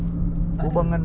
takde